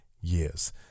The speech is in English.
years